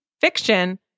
Fiction